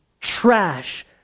trash